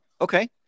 okay